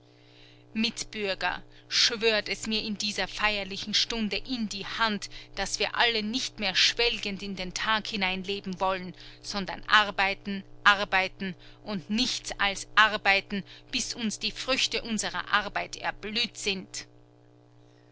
mitbürger schwört es mir in dieser feierlichen stunde in die hand daß wir alle nicht mehr schwelgend in den tag hineinleben wollen sondern arbeiten arbeiten und nichts als arbeiten bis uns die früchte unserer arbeit erblüht sind